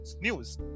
news